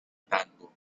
tango